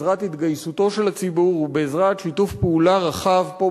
בעזרת התגייסותו של הציבור ובעזרת שיתוף פעולה רחב פה,